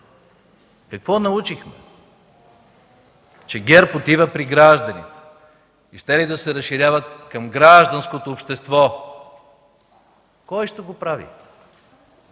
Какво научихме? Че ГЕРБ отива при гражданите, че щели да се разширяват към гражданското общество. Кой ще го прави?